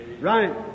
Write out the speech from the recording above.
Right